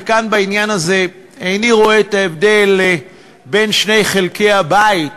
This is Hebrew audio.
וכאן בעניין הזה איני רואה את ההבדל בין שני חלקי הבית,